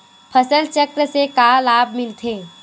फसल चक्र से का लाभ मिलथे?